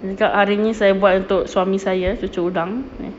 dia cakap hari ini saya buat untuk suami saya cucur udang